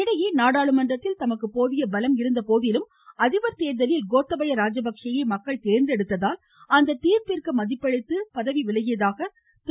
இதனிடையே நாடாளுமன்றத்தில் தமக்கு போதிய பலம் இருந்த போதிலும் அதிபர் தேர்தலில் கோத்தபய ராஜபக்ஷேயை மக்கள் தேர்ந்தெடுத்ததால் அந்தத் தீர்ப்பிற்கு மதிப்பளித்து பதவி விலகியதாக திரு